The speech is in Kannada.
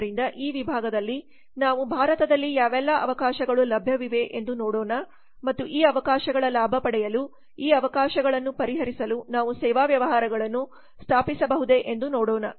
ಆದ್ದರಿಂದ ಈ ವಿಭಾಗದಲ್ಲಿ ನಾವು ಭಾರತದಲ್ಲಿ ಯಾವೆಲ್ಲ ಅವಕಾಶಗಳು ಲಭ್ಯವಿವೆ ಎಂದು ನೋಡೋಣ ಮತ್ತು ಈ ಅವಕಾಶಗಳ ಲಾಭ ಪಡೆಯಲು ಈ ಅವಕಾಶಗಳನ್ನು ಪರಿಹರಿಸಲು ನಾವು ಸೇವಾ ವ್ಯವಹಾರಗಳನ್ನು ಸ್ಥಾಪಿಸಬಹುದೇ ಎಂದು ನೋಡೋಣ